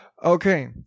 Okay